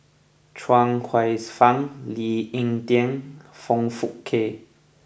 Chuang Hsueh Fang Lee Ek Tieng Foong Fook Kay